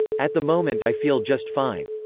at the moment i feel just fine.